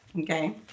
okay